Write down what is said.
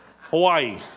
Hawaii